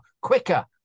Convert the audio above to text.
quicker